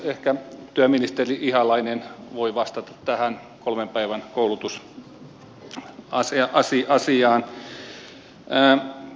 ehkä työministeri ihalainen voi vastata tähän kolmen päivän koulutus asiaan